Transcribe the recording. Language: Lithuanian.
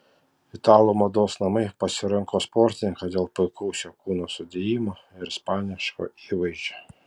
italų mados namai pasirinko sportininką dėl puikaus jo kūno sudėjimo ir ispaniško įvaizdžio